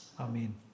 Amen